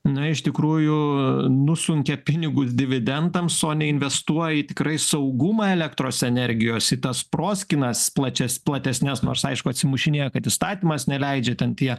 na iš tikrųjų nusunkia pinigus dividendams o neinvestuoja į tikrai saugumą elektros energijos į tas proskynas plačias platesnes nors aišku atsimušinėja kad įstatymas neleidžia ten tie